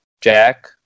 Jack